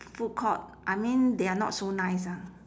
food court I mean they are not so nice ah